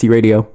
Radio